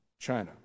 China